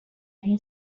این